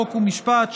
חוק ומשפט,